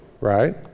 right